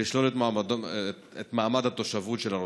לשלול את מעמד התושבות של הרוצחים?